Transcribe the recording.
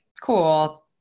cool